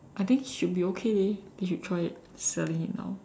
I think should be okay leh they should try it selling it now